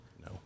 No